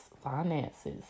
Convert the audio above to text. Finances